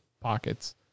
pockets